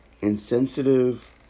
insensitive